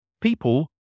people